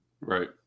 right